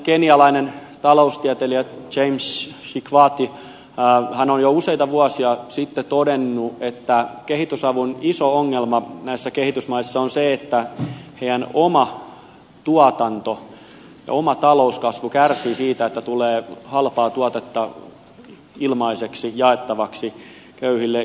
kenialainen taloustieteilijä james shikwati on jo useita vuosia sitten todennut että kehitysavun iso ongelma kehitysmaissa on se että heidän oma tuotantonsa ja oma talouskasvu kärsivät siitä että tulee halpaa tuotetta ilmaiseksi jaettavaksi köyhille